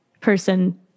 person